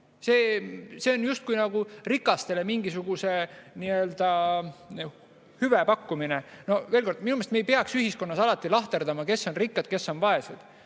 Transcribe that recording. See on justkui nagu rikastele mingisuguse hüve pakkumine. Veel kord: minu meelest me ei peaks ühiskonnas alati lahterdama, kes on rikkad, kes on vaesed.